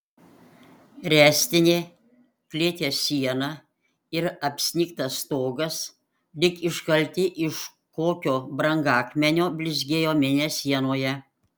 ręstinė klėties siena ir apsnigtas stogas lyg iškalti iš kokio brangakmenio blizgėjo mėnesienoje